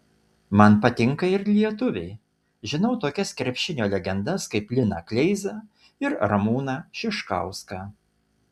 man patinka ir lietuviai žinau tokias krepšinio legendas kaip liną kleizą ir ramūną šiškauską